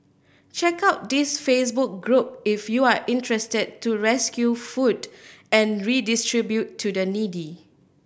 check out this Facebook group if you are interested to rescue food and redistribute to the needy